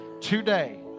today